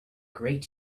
great